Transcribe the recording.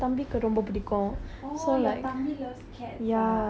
அவனுக்கு பூனைனா ரொம்ப பிடிக்குமா:avanukku punainaa romba pidikkumaa